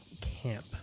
camp